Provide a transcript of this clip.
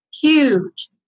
huge